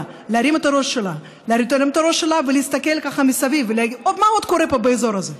להרים את הראש שלה ולהסתכל מסביב ולראות מה עוד קורה באזור הזה,